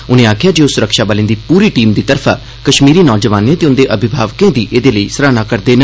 उनें आखेआ जे ओह् सुरक्षाबलें दी पूरी टीम दी तरफा कश्मीरी नौजवानें ते उंदे अभिभावकें दी एहदे लेई सराहना करदे न